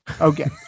okay